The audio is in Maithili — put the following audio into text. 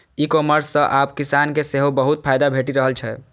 ई कॉमर्स सं आब किसान के सेहो बहुत फायदा भेटि रहल छै